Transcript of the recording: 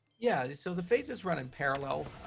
yeah, so the phases run in parallel.